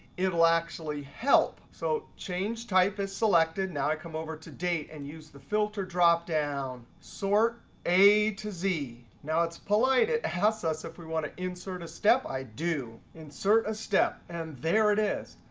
it'll actually help, so change type as selected. now i come over to date and use the filter dropdown, sort a to z. now it's polite. it helps us. if we want to insert a step, i do, insert a step, and there it is.